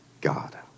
God